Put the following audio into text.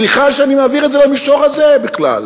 סליחה שאני מעביר את זה למישור הזה בכלל.